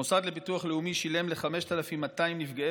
המוסד לביטוח לאומי שילם ל-5,200 נפגעי